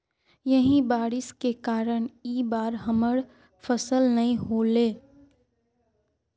यही बारिश के कारण इ बार हमर फसल नय होले?